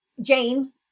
Jane